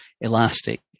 elastic